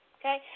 okay